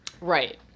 right